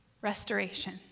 restoration